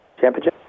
Championship